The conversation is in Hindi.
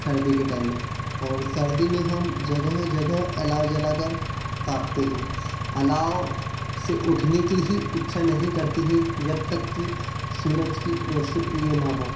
सर्दी के टाइम में और सर्दी में हम जगह जगह अलाव जला कर तापते हैँ अलाव से उठने के ही इच्छा नहीं करते हैं जब तक की सूरज की रौश ये न हो